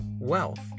wealth